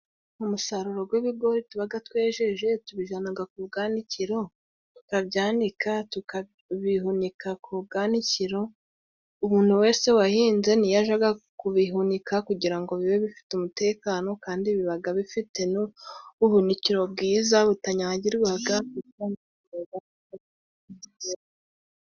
Umusaruro gw'ibigori tubaga twejeje tubijanaga ku bwanikiro tukabyanika tukabihunika ku bwanikiro, umuntu wese wahinze niyo ajaga kubihunika, kugira ngo bibe bifite umutekano kandi bibaga bifite ubuhunikiro bwiza butanyagirwaga kuko....